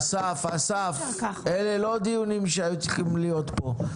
אסף, אלה לא דיונים שהיו צריכים להיות פה.